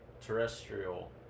terrestrial